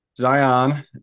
Zion